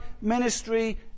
ministry